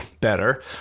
better